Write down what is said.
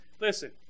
Listen